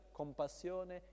compassione